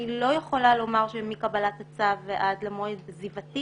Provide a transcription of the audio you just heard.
אני לא יכולה לומר שמקבלת הצו ועד למועד עזיבתי